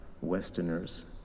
Westerners